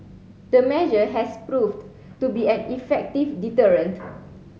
the measure has proved to be an effective deterrent